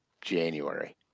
January